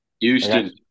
Houston